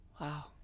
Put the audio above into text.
Wow